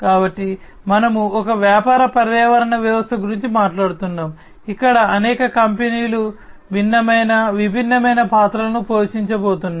కాబట్టి మనము ఒక వ్యాపార పర్యావరణ వ్యవస్థ గురించి మాట్లాడుతున్నాము ఇక్కడ అనేక కంపెనీలు భిన్నమైన విభిన్నమైన పాత్రలను పోషించబోతున్నాయి